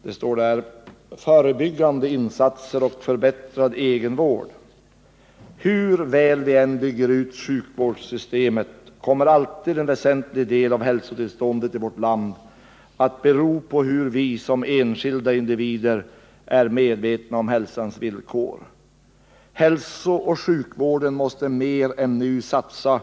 Det heter där: ”Förebyggande insatser och förbättrad egenvård Hur väl vi än bygger ut sjukvårdssystemet, kommer alltid en väsentlig del av hälsotillståndet i vårt land att bero på hur vi som enskilda individer är medvetna om hälsans villkor. Vi måste själva få och kunna ta en väsentlig del av ansvaret för vår egen hälsa, såväl vad gäller förebyggande åtgärder som — i 69 viss utsträckning — även i fråga om diagnostik och behandling.